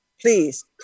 please